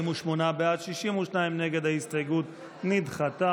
ההסתייגות נדחתה.